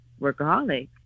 workaholic